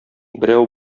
берәү